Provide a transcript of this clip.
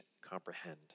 comprehend